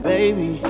Baby